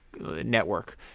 network